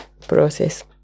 process